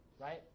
right